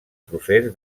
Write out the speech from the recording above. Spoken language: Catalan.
procés